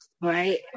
right